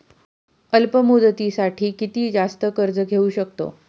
अल्प मुदतीसाठी किती जास्त कर्ज घेऊ शकतो?